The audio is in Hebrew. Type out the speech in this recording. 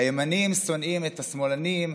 הימנים שונאים את השמאלנים,